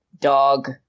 Dog